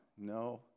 No